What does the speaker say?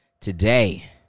today